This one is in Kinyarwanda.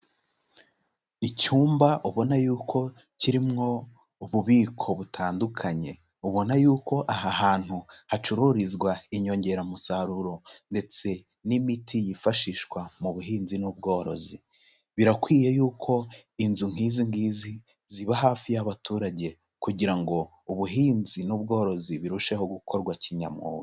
Icyumba ubona yuko kirimo ububiko butandukanye, ubona yuko aha hantu hacururizwa inyongeramusaruro ndetse n'imiti yifashishwa mu buhinzi n'ubworozi, birakwiye yuko inzu nk'izi ngizi ziba hafi y'abaturage kugira ngo ubuhinzi n'ubworozi birusheho gukorwa kinyamwuga.